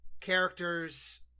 characters